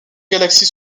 galaxies